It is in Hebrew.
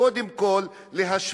קודם כול להשוות,